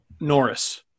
Norris